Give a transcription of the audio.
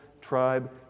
tribe